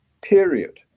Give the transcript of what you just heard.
period